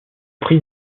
prix